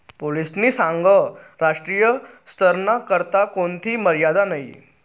पोलीसनी सांगं राष्ट्रीय स्तरना करता कोणथी मर्यादा नयी